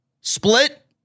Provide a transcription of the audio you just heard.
split